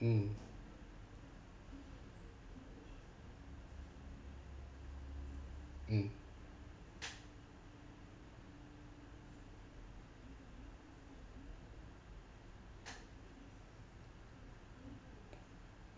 mm mm